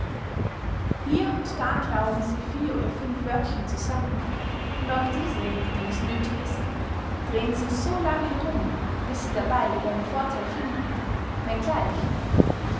hier und da klauben sie vier oder fünf wörtchen zusammen und auch diese wenn es nöthig ist drehen sie so lang herum bis sie dabey ihren vortheil finden wenn gleich